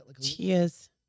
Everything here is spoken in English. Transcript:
Cheers